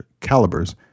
calibers